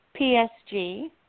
PSG